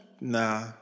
Nah